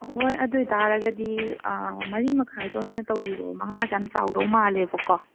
ꯍꯣꯏ ꯑꯗꯣꯏ ꯇꯥꯔꯒꯗꯤ ꯃꯔꯤꯃꯈꯥꯏꯗꯣ ꯑꯣꯏꯅ ꯇꯧꯕꯤꯔꯣ ꯃꯉꯥꯁꯦ ꯌꯥꯝ ꯆꯥꯎꯗꯧ ꯃꯥꯜꯂꯦꯕꯀꯣ